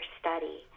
study